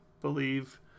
believe